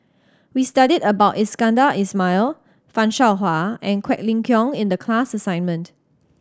we studied about Iskandar Ismail Fan Shao Hua and Quek Ling Kiong in the class assignment